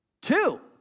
Two